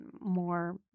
more